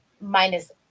minus